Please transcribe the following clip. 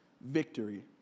victory